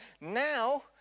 now